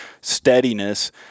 steadiness